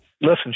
Listen